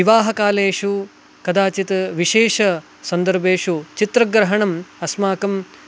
विवाहकालेषु कदाचित् विशेषसन्दर्भेषु चित्रग्रहणम् अस्माकं